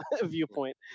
viewpoint